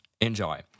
Enjoy